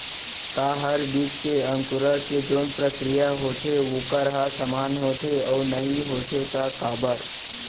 का हर बीज के अंकुरण के जोन प्रक्रिया होथे वोकर ह समान होथे, अऊ नहीं होथे ता काबर?